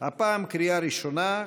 הפעם לקריאה ראשונה.